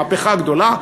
מהפכה גדולה.